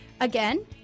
Again